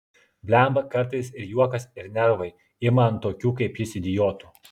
blemba kartais ir juokas ir nervai ima ant tokių kaip jis idiotų